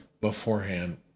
beforehand